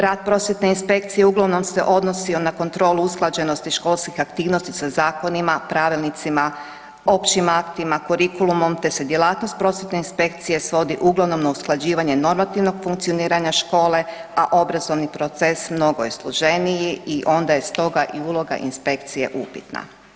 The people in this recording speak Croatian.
Rad prosvjetne inspekcije uglavnom se odnosio na kontrolu usklađenosti školskih aktivnosti sa zakonima, pravilnicima, općim aktima, kurikulumom te se djelatnost prosvjetne inspekcije svodi uglavnom na usklađivanje normativnog funkcioniranja škole, a obrazovni proces mnogo je složeniji i onda je stoga i uloga inspekcije upitna.